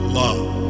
love